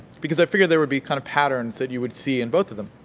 because i figured there would be kind of patterns that you would see in both of them.